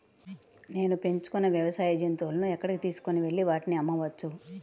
నేను పెంచుకొనే వ్యవసాయ జంతువులను ఎక్కడికి తీసుకొనివెళ్ళి వాటిని అమ్మవచ్చు?